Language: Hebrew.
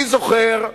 אני זוכר כמה,